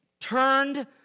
turned